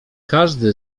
każdy